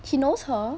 he knows her